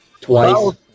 Twice